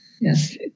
Yes